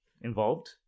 involved